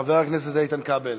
חבר הכנסת איתן כבל.